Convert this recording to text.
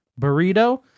burrito